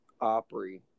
Opry